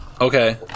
Okay